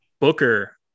Booker